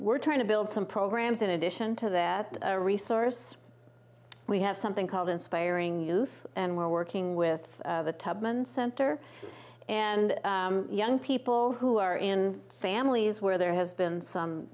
we're trying to build some programs in addition to that a resource we have something called inspiring youth and we're working with the tubman center and young people who are in families where there has been some